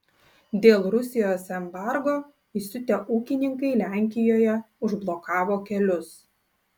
dėl rusijos embargo įsiutę ūkininkai lenkijoje užblokavo kelius